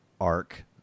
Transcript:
arc